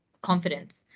confidence